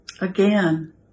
Again